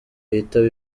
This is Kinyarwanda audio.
yitaba